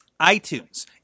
iTunes